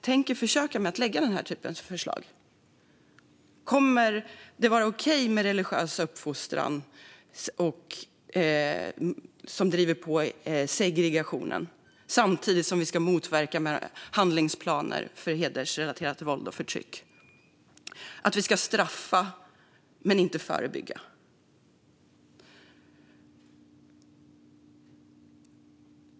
Tänker ni ens försöka lägga fram denna typ av förslag? Kommer det att vara okej med religiös uppfostran som driver på segregationen samtidigt som hedersrelaterat våld och förtyck ska motverkas genom handlingsplaner? Kommer det att vara okej att straffa men inte förebygga?